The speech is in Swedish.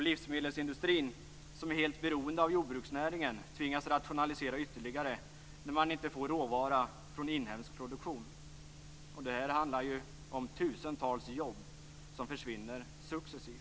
Livsmedelsindustrin, som är helt beroende av jordbruksnäringen, tvingas rationalisera ytterligare när man inte får råvara från inhemsk produktion. Det här handlar ju om tusentals jobb som försvinner successivt.